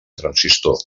transistor